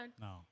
No